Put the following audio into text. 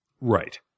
Right